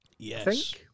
Yes